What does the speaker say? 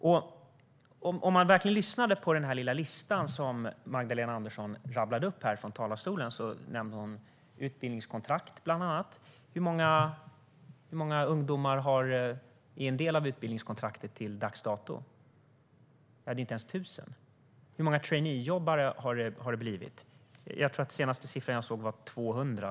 Om man verkligen lyssnade på den lilla listan som Magdalena Andersson rabblade upp i talarstolen kunde man höra att hon nämnde bland annat utbildningskontrakt. Hur många ungdomar har tagit del av utbildningskontraktet till dags dato? Det är inte ens tusen. Hur många traineejobbare har det blivit? Jag tror att den senaste siffran jag såg var 200.